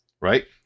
Right